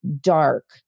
dark